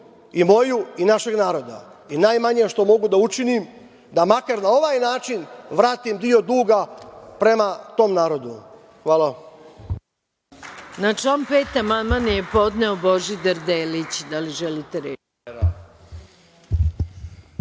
i moju i našeg naroda. Najmanje što mogu da učinim je da makar na ovaj način vratim deo duga prema tom narodu. Hvala.